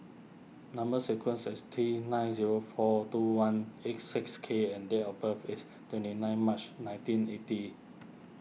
Number Sequence is T nine zero four two one eight six K and date of birth is twenty nine March nineteen eighty